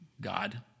God